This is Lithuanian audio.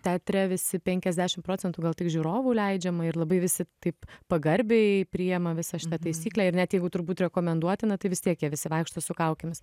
teatre visi penkiasdešimt procentų gal tik žiūrovų leidžiama ir labai visi taip pagarbiai priėma visą šitą taisyklę ir net jeigu turbūt rekomenduotina tai vis tiek jie visi vaikšto su kaukėmis